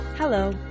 Hello